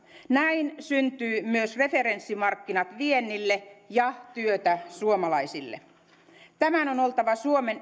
näin syntyvät myös referenssimarkkinat viennille ja työtä suomalaisille tämän on oltava suomen